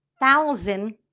thousand